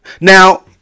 Now